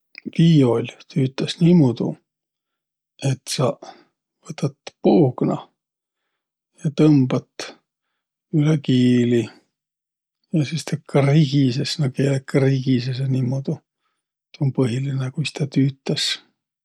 Viiol tüütäs niimuudu, et sa võtat puugna ja tõmbat üle kiili. Ja sis tä krigises, naaq keeleq krigiseseq niimuudu. Tuu um põhilinõ, kuis tä tüütäs.